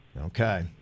Okay